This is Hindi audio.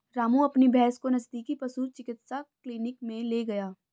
रामू अपनी भैंस को नजदीकी पशु चिकित्सा क्लिनिक मे ले गया